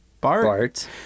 Bart